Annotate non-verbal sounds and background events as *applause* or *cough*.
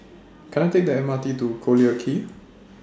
Can I Take The M R T to Collyer *noise* Quay